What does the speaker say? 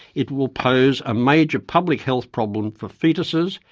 it will pose a major public health problem for foetuses,